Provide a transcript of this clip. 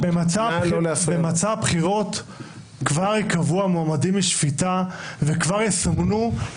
אמרתי את הביקורת שהשמיע השופט אדמונד לוי על בג"ץ אליס מילר,